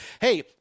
hey